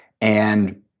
And-